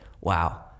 wow